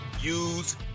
use